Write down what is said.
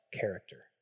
character